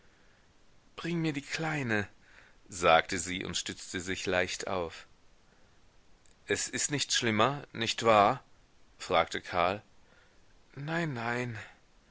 bring mir die kleine sagte sie und stützte sich leicht auf es ist nicht schlimmer nicht wahr fragte karl nein nein